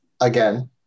again